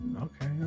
Okay